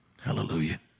Hallelujah